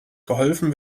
geholfen